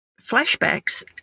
Flashbacks